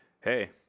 Hey